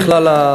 ובכלל,